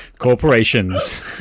corporations